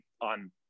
on